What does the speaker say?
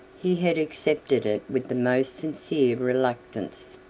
he had accepted it with the most sincere reluctance.